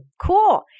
cool